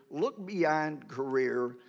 look beyond career,